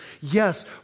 Yes